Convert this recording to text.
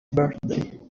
birthday